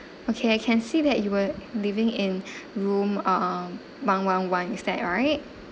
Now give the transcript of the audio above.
okay I can see that you were living in room um one one one is that right